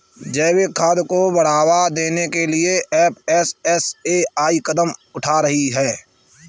जैविक खाद को बढ़ावा देने के लिए एफ.एस.एस.ए.आई कदम उठा रही है